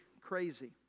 crazy